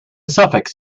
suffix